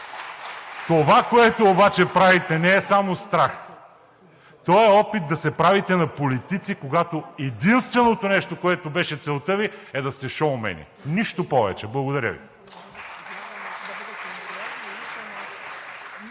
Това, което правите, обаче не е само страх. Това е опит да се правите на политици, когато единственото нещо, което беше целта Ви, е да сте шоумени. Нищо повече, благодаря Ви.